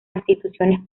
instituciones